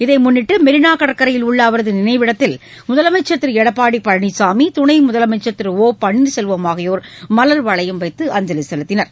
இதைமுன்னிட்டு மெரினா கடற்கரையில் உள்ள அவரது நினைவிடத்தில் முதலமைச்சர் திரு எடப்பாடி பழனினாமி துணை முதலமைச்சர் திரு ஒ பன்னீர்செல்வம் ஆகியோர் மலர் வளையம் வைத்து அஞ்சலி செலுத்தினர்